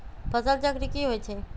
फसल चक्र की होइ छई?